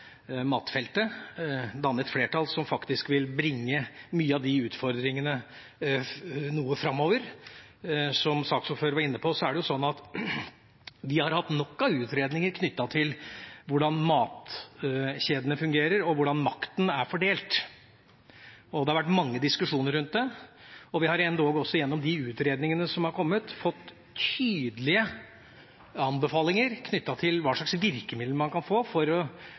matfeltet, danne et flertall som faktisk vil bringe mange av utfordringene noe framover. Som saksordføreren var inne på, har vi hatt nok av utredninger om hvordan matkjedene fungerer, og hvordan makten er fordelt, og det har vært mange diskusjoner rundt det. Vi har endog også gjennom de utredningene som har kommet, fått tydelige anbefalinger med hensyn til hva slags virkemidler man kan få for